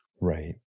Right